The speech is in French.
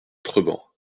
treban